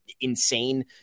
insane